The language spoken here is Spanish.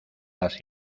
las